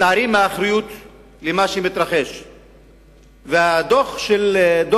ההצעה הראשונה שאושרה על-ידי הנשיאות היא בנושא דוח גולדסטון,